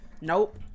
Nope